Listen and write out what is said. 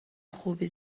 خوبی